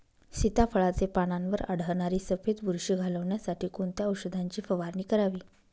सीताफळाचे पानांवर आढळणारी सफेद बुरशी घालवण्यासाठी कोणत्या औषधांची फवारणी करावी?